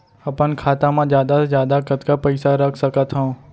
अपन खाता मा जादा से जादा कतका पइसा रख सकत हव?